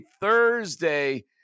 Thursday